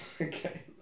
Okay